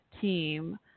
team